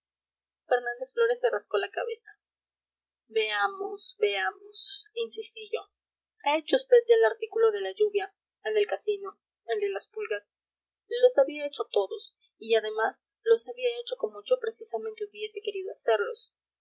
fernández flórez se rascó la cabeza veamos veamos insistí yo ha hecho usted ya el artículo de la lluvia el del casino el de las pulgas los había hecho todos y además los había hecho como yo precisamente hubiese querido hacerlos